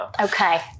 Okay